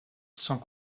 sont